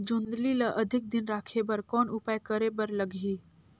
गोंदली ल अधिक दिन राखे बर कौन उपाय करे बर लगही?